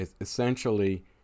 essentially